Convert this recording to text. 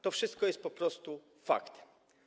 To wszystko jest po prostu faktem.